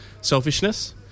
selfishness